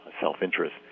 self-interest